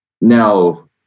Now